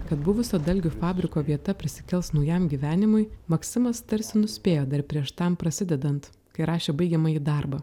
kad buvusio dalgių fabriko vieta prisikels naujam gyvenimui maksimas tarsi nuspėjo dar prieš tam prasidedant kai rašė baigiamąjį darbą